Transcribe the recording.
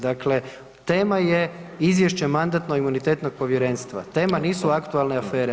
Dakle, tema je Izvješće Mandatno-imunitetnog povjerenstva, tema nisu aktualne afere.